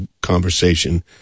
conversation